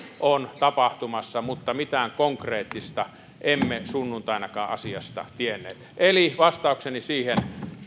on tapahtumassa mutta mitään konkreettista emme sunnuntainakaan asiasta tienneet eli vastaukseni siihen